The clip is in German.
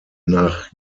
nach